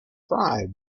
fried